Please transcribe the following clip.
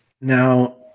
Now